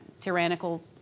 tyrannical